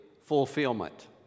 fulfillment